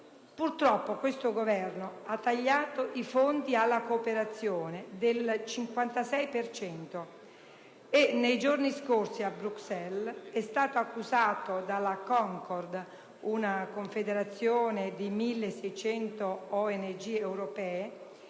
purtroppo questo Governo ha tagliato i fondi alla cooperazione del 56 per cento e nei giorni scorsi, a Bruxelles, è stato accusato dalla Concord, una confederazione di 1.600 ONG europee